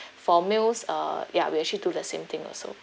for meals uh ya we actually do the same thing also